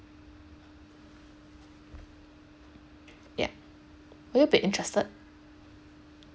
ya would you be interested